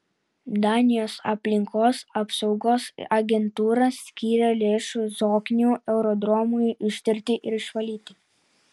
danijos aplinkos apsaugos agentūra skyrė lėšų zoknių aerodromui ištirti ir išvalyti